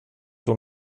hon